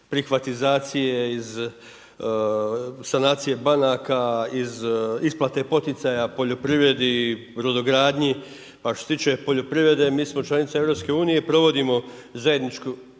privatizacije, sanacije banaka, iz isplate poticaja poljoprivredi, brodogradnji, a što se tiče poljoprivrede, mi smo članica EU-a provodimo zajedničku